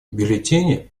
бюллетени